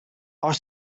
are